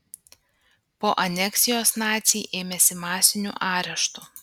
po aneksijos naciai ėmėsi masinių areštų